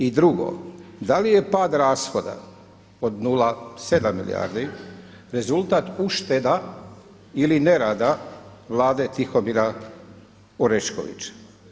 I drugo, da li je pad rashoda od 0,7 milijardi rezultat ušteda ili nerada Vlade Tihomira Oreškovića.